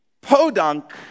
Podunk